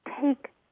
take